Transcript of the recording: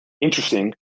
interesting